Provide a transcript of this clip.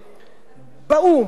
בקונגרס האמריקני,